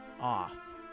off